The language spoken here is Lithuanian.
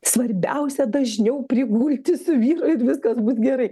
svarbiausia dažniau prigulti su vyrais viskas bus gerai